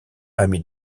ami